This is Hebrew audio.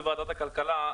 בוועדת הכלכלה,